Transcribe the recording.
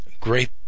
Great